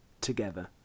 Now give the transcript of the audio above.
together